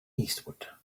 eastward